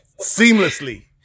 seamlessly